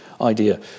idea